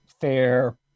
fair